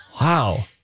Wow